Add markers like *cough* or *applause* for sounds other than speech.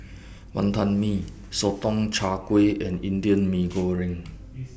*noise* Wantan Mee Sotong Char Kway and Indian Mee Goreng